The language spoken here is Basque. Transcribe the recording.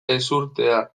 ezurtea